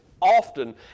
often